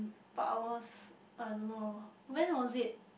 but I was uh I don't know when was it